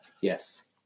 Yes